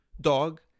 dog